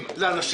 כשאתה לוקח אנשים